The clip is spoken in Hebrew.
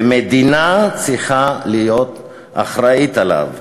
מדינה צריכה להיות אחראית לו.